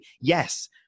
Yes